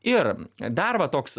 ir dar va toks